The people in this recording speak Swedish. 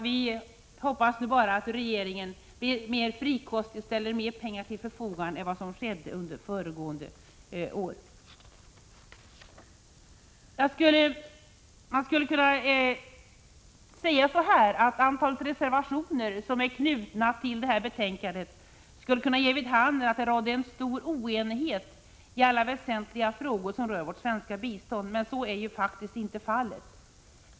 Vi hoppas nu bara att regeringen frikostigt ställer mer pengar till förfogande än vad som skedde under föregående år. Antalet reservationer som är knutna till detta betänkande skulle kunna ge vid handen att det råder stor oenighet i alla väsentliga frågor som rör vårt svenska bistånd, men så är faktiskt inte fallet.